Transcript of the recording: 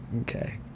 okay